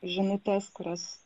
žinutes kurias